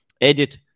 edit